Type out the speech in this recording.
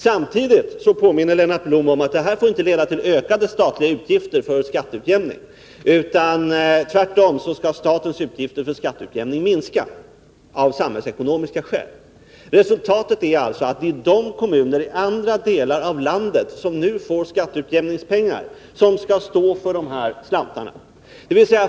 Samtidigt påminner Lennart Blom om att detta inte får leda till ökade statliga utgifter för skatteutjämning. Tvärtom skall statens utgifter för skatteutjämning minska av samhällsekonomiska skäl. Resultatet är alltså att det är de kommuner i andra delar av landet som nu får skatteutjämningspengar som skall stå för de här slantarna.